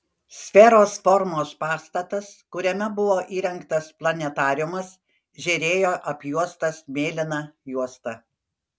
sferos formos pastatas kuriame buvo įrengtas planetariumas žėrėjo apjuostas mėlyna juosta